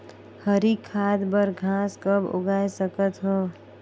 हरी खाद बर घास कब उगाय सकत हो?